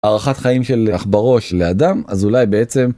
הארכת חיים של עכברוש לאדם אז אולי בעצם.